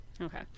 Okay